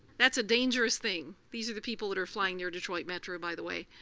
that's a dangerous thing. these are the people that are flying near detroit metro, by the way.